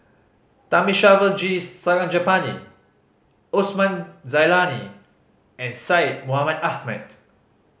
Thamizhavel G Sarangapani Osman Zailani and Syed Mohamed Ahmed